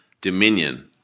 dominion